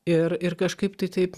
ir ir kažkaip tai taip